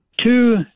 two